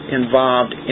involved